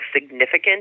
significant